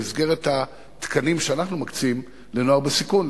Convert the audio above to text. במסגרת התקנים שאנחנו מקצים לנוער בסיכון,